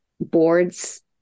boards